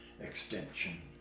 extension